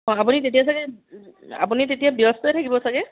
অঁ আপুনি তেতিয়া চাগে আপুনি তেতিয়া ব্যস্তই থাকিব চাগে